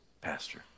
Pastor